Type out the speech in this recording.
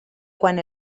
quan